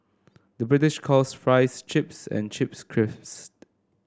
the British calls fries chips and chips crisps